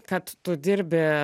kad tu dirbi